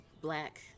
black